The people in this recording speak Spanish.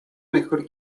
mejor